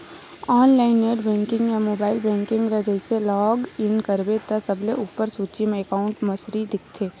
online net banking या mobile banking ल जइसे लॉग इन करबे त सबले उप्पर सूची म एकांउट समरी दिखथे